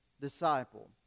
disciple